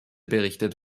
berichtet